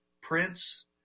Prince